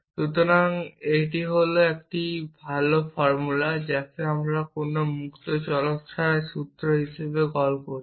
সুতরাং একটি বাক্য হল একটি ভাল ফর্মুলা যাকে আমরা কোন মুক্ত চলক ছাড়াই সূত্র হিসাবে কল করছি